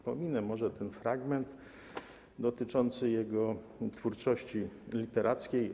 Pominę może ten fragment dotyczący jego twórczości literackiej.